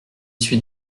suis